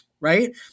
right